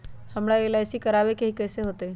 हमरा एल.आई.सी करवावे के हई कैसे होतई?